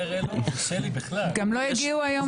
גם לא הגיעו היום, אותה מפלגה, לדון על רצח נשים.